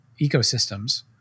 ecosystems